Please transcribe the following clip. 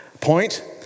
Point